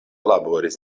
laboris